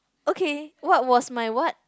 okay what was my what